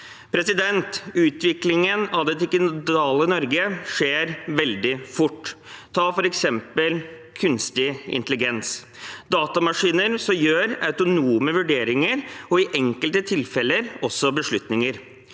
glad for. Utviklingen av det digitale Norge skjer veldig fort. Ta f.eks. kunstig intelligens, datamaskiner som gjør autonome vurderinger og i enkelte tilfeller også beslutninger.